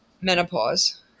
Menopause